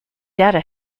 data